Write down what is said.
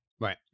Right